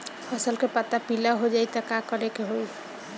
फसल के पत्ता पीला हो जाई त का करेके होई?